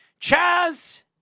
Chaz